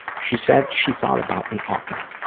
she said she thought about me often.